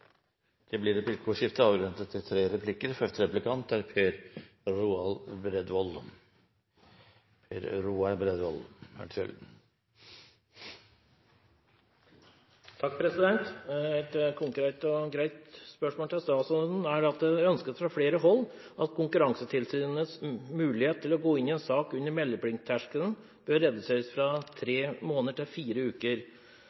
Det blir replikkordskifte. Et konkret og greit spørsmål til statsråden: Det ønskes fra flere hold at Konkurransetilsynets mulighet til å gå inn i en sak under meldepliktterskelen bør reduseres fra